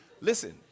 Listen